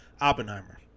Oppenheimer